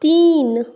तीन